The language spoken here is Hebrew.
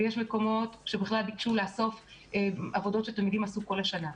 ויש מקומות שבכלל ביקשו לעשות עבודות שתלמידים עשו כל השנה,